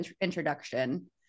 introduction